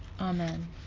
Amen